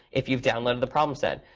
if you downloaded the problem set.